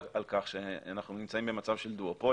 על כך שאנחנו נמצאים במצב של דואופול,